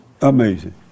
Amazing